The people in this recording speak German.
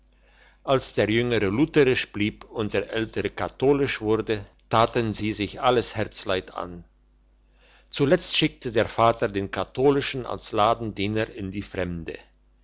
als der jüngere lutherisch blieb und der ältere katholisch wurde taten sie sich alles herzeleid an zuletzt schickte der vater den katholischen als ladendiener in die fremde